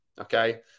Okay